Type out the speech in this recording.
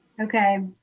okay